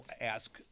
ask